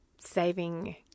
saving